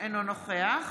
אינו נוכח